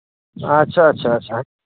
ᱟᱪᱷᱟ ᱟᱪᱷᱟ ᱟᱪᱷᱟ